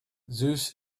zeus